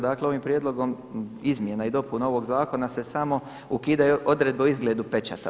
Dakle ovim prijedlogom izmjena i dopuna ovog zakona se samo ukidaju odredbe o izgledu pečata.